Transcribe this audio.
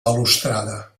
balustrada